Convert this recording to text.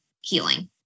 healing